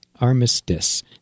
Armistice